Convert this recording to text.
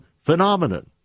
phenomenon